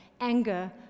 anger